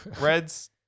Reds